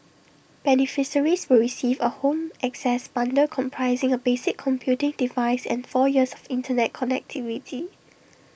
beneficiaries will receive A home access bundle comprising A basic computing device and four years of Internet connectivity